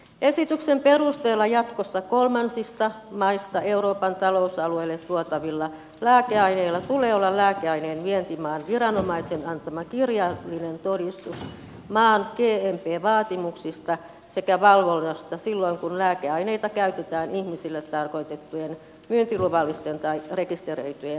esityksen perusteella jatkossa kolmansista maista euroopan talousalueelle tuotavilla lääkeaineilla tulee olla lääkeaineen vientimaan viranomaisen antama kirjallinen todistus maan gmp vaatimuksista sekä valvonnasta silloin kun lääkeaineita käytetään ihmisille tarkoitettujen myyntiluvallisten tai rekisteröityjen lääkevalmisteiden valmistukseen